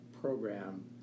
program